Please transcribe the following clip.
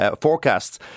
forecasts